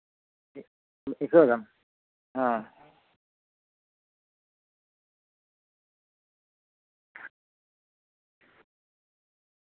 ᱟᱹᱭᱠᱟᱹᱣ ᱫᱟᱢ ᱦᱮᱸ